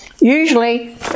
Usually